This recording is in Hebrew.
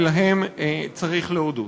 ולהם צריך להודות.